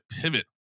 pivot